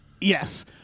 Yes